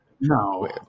No